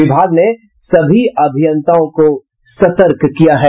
विभाग ने सभी अभियंताओं को सतर्क किया है